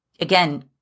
Again